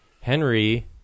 Henry